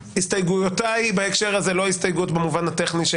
הסתייגויותיי בהקשר הזה לא הסתייגות במובן הטכני של